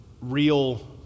real